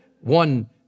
One